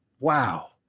Wow